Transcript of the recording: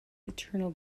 eternal